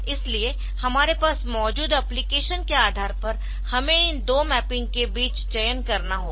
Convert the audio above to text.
इसलिए हमारे पास मौजूद एप्लिकेशन के आधार पर हमें इन दो मैपिंग के बीच चयन करना होगा